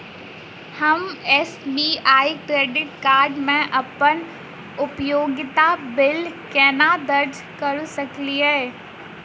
हम SBI credit card मे अप्पन उपयोगिता बिल केना दर्ज करऽ सकलिये?